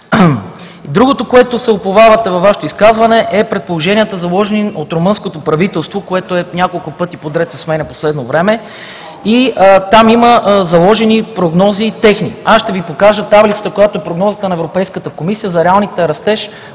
Другото, на което се уповавате във Вашето изказване, са предположенията, заложени от румънското правителство, което няколко пъти подред се сменя в последно време и там има заложени прогнози. Ще Ви покажа таблицата, която е прогнозата на Европейската комисия за реалния растеж